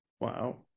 Wow